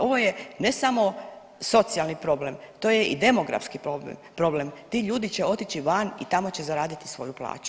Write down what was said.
Ovo je ne samo socijalni problem, to je i demografski problem, ti ljudi će otić van i tamo će zaraditi svoju plaću.